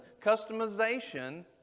customization